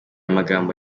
magambo